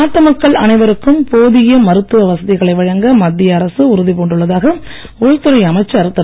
நாட்டு மக்கள் அனைவருக்கும் போதிய மருத்துவ வசதிகளை வழங்க மத்திய அரசு உறுதிபூண்டுள்ளதாக உள்துறை அமைச்சர் திரு